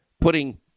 putting